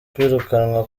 kwirukanwa